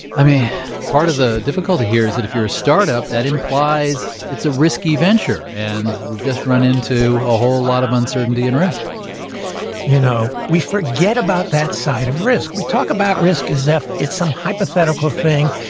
um part of the difficulty here is that if you're a startup, that implies it's a risky venture, and we've just run into a whole lot of uncertainty and risk you know, we forget about that side of risk. we talk about risk as if it's some hypothetical thing,